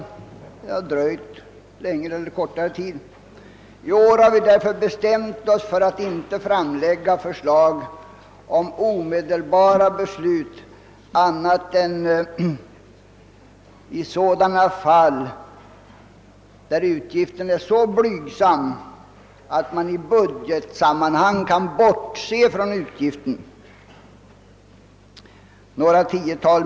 Det har dröjt längre eller kortare tid. I år har vi därför bestämt oss för att inte framlägga förslag om omedelbara beslut annat än i sådana fall, där utgiften är så blygsam att man i budgetsammanhang kan bortse från den.